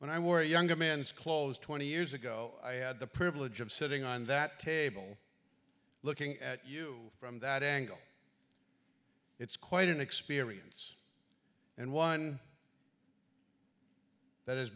when i were a younger man's clothes twenty years ago i had the privilege of sitting on that table looking at you from that angle it's quite an experience and one that has